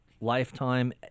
lifetime